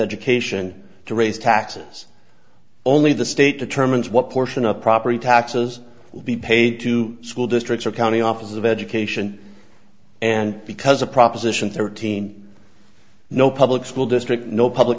education to raise taxes only the state determines what portion of property taxes will be paid to school districts or county office of education and because of proposition thirteen no public school district no public